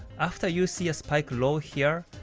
after you see a spike low here,